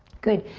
good.